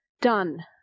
done